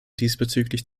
diesbezüglich